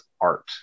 art